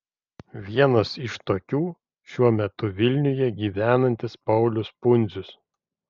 vienas iš tokių šiuo metu vilniuje gyvenantis paulius pundzius